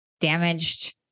damaged